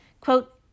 quote